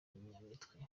nyamitwe